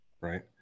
right